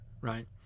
right